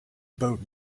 boat